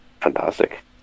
fantastic